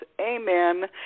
amen